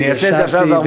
אעשה את זה עכשיו הרבה.